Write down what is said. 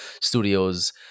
studios